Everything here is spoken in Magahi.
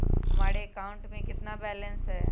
हमारे अकाउंट में कितना बैलेंस है?